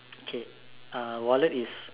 K uh wallet is